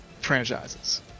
franchises